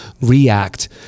react